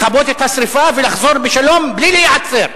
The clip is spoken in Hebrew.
לכבות את השרפה ולחזור בשלום בלי להיעצר.